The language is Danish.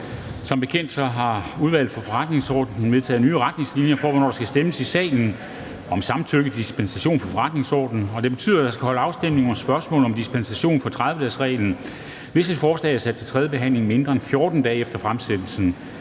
Som bekendt har Udvalget for Forretningsordenen vedtaget nye retningslinjer for, hvornår der skal stemmes i salen om samtykke til dispensation fra forretningsordenen. Det betyder, at der holdes afstemning om spørgsmålet om dispensation fra 30-dagesreglen, hvis et forslag er sat til tredje behandling mindre end 14 dage efter fremsættelsen.